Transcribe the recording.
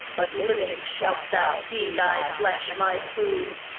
but living shalt thou see thy flesh my food.